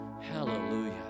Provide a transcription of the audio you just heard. Hallelujah